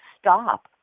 stop